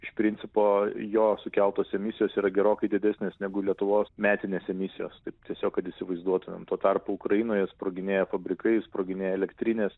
iš principo jo sukeltos emisijos yra gerokai didesnės negu lietuvos metinės emisijos taip tiesiog kad įsivaizduotumėm tuo tarpu ukrainoje sproginėja fabrikai sproginėja elektrinės